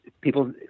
people